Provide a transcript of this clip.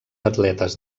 atletes